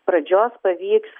pradžios pavyks